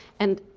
and